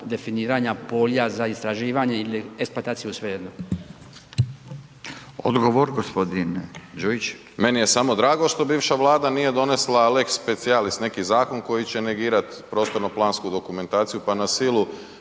definiranja polja za istraživanje ili eksploataciju, svejedno. **Radin, Furio (Nezavisni)** Odgovor g. Đujić. **Đujić, Saša (SDP)** Meni je samo drago što bivša Vlada nije donijela lex specijalis neki zakon koji će negirat prostorno plansku dokumentaciju, pa na silu,